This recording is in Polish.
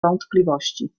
wątpliwości